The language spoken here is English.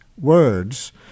words